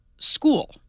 school